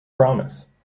promise